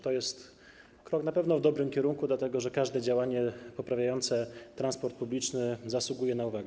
To jest krok na pewno w dobrym kierunku, dlatego że każde działanie poprawiające transport publiczny zasługuje na uwagę.